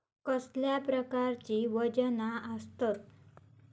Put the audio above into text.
कसल्या प्रकारची वजना आसतत?